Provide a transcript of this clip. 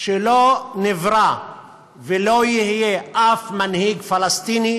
שלא נברא ולא יהיה שום מנהיג פלסטיני